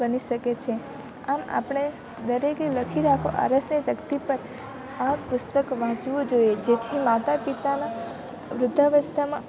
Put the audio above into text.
બની શકે છે આમ આપણે દરેકે લખી રાખો આરસની તકતી પર આ પુસ્તક વાંચવું જોઈએ જેથી માતાપિતાના વૃદ્ધા અવસ્થામાં